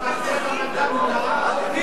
למי שמוכן לקחת אחריות.